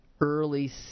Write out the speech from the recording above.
early